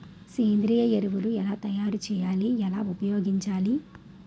సేంద్రీయ ఎరువులు ఎలా తయారు చేయాలి? ఎలా ఉపయోగించాలీ?